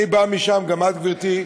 אני בא משם, גם את, גברתי,